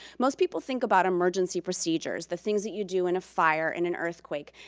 most people think about emergency procedures. the things that you do in a fire, in an earthquake,